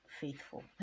faithful